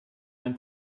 ein